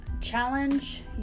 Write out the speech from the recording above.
challenge